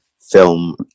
film